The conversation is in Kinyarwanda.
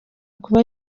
kuba